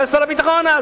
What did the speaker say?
שהיה שר הביטחון אז,